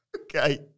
Okay